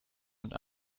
und